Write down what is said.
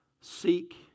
seek